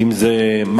אם זה מחלקות,